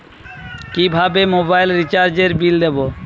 কিভাবে মোবাইল রিচার্যএর বিল দেবো?